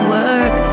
work